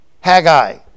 Haggai